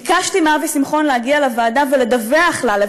ביקשתי מאבי שמחון להגיע לוועדה ולדווח לה,